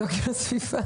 בוקר טוב,